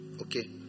Okay